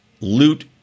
loot